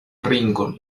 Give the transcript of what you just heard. ringon